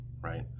right